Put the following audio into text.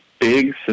big